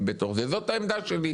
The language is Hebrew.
זו העמדה שלי.